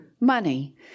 money